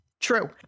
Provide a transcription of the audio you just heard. True